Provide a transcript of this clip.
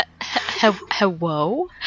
Hello